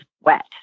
wet